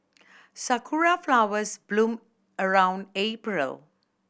sakura flowers bloom around April